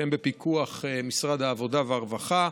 שהם בפיקוח משרד העבודה והרווחה,